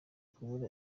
kubura